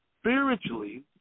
Spiritually